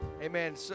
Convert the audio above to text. Amen